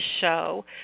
show